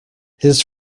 his